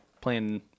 playing